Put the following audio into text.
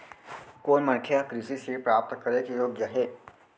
कोन मनखे ह कृषि ऋण प्राप्त करे के योग्य हे?